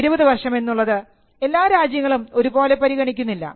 20 വർഷം എന്നുള്ളത് എല്ലാ രാജ്യങ്ങളും ഒരുപോലെ പരിഗണിക്കുന്നില്ല